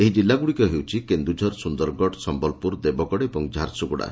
ଏହି ଜିଲ୍ଲଗୁଡ଼ିକ ହେଉଛି କେନ୍ଦୁଝର ସୁନ୍ଦରଗଡ଼ ସମ୍ଲପୁର ଦେବଗଡ଼ ଓ ଝାରସୁଗୁଡ଼ା